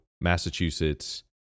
Massachusetts